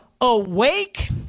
awake